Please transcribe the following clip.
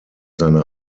seine